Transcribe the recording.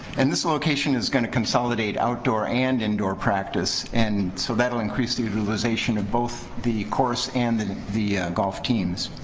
and this location is gonna consolidate outdoor and indoor practice, and so that'll increase the utilization of both the course and and the golf teams.